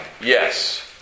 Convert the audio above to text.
yes